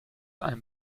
einem